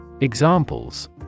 Examples